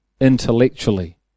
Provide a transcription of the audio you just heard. intellectually